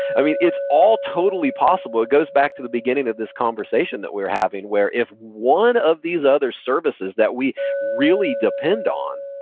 and it's all totally possible. it goes back to the beginning of this conversation that we're having where if one of these other services that we really depend on